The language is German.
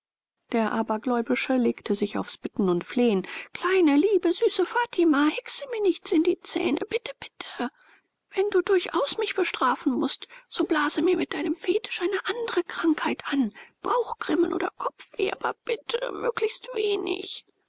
der abergläubische legte sich aufs bitten und flehen kleine liebe süße fatima hexe mir nichts in die zähne bitte bitte wenn du durchaus mich bestrafen mußt so blase mir mit deinem fetisch eine andere krankheit an bauchgrimmen oder kopfweh aber bitte möglichst wenig